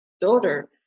daughter